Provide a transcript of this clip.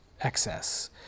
excess